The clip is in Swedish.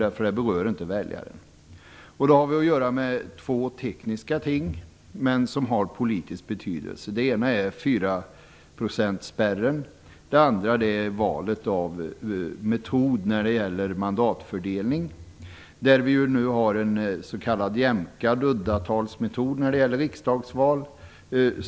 Det finns två tekniska begrepp som har politisk betydelse. Det ena är fyraprocentsspärren och det andra är valet av metod för mandatfördelning. Vi tillämpar nu den s.k. jämkade uddatalsmetoden för riksdagsvalet.